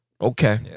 Okay